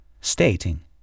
stating